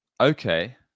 Okay